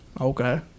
Okay